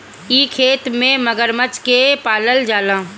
इ खेती में मगरमच्छ के पालल जाला